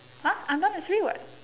!huh! I'm not that free what